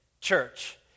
church